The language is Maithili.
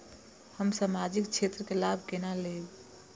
हम सामाजिक क्षेत्र के लाभ केना लैब?